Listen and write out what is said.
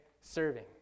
Serving